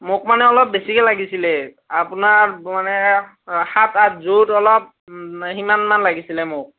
মোক মানে অলপ বেছিকৈ লাগিছিলে আপোনাৰ মানে সাত আঠযোৰ অলপ সিমানমান লাগিছিলে মোক